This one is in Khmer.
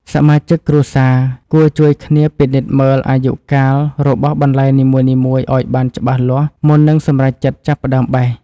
សមាជិកគ្រួសារគួរជួយគ្នាពិនិត្យមើលអាយុកាលរបស់បន្លែនីមួយៗឱ្យបានច្បាស់លាស់មុននឹងសម្រេចចិត្តចាប់ផ្តើមបេះ។